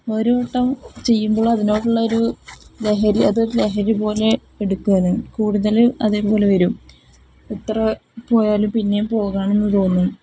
ഓരോട്ടം ചെയ്യുമ്പോൾ അതിനോടുള്ളൊരു ലഹരി അത് ലഹരി പോലെ എടുക്കാനും കൂടുതൽ അതേപോലെ വരും എത്ര പോയാലും പിന്നെയും പോകുകയാണെന്ന് തോന്നും